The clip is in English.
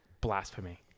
Blasphemy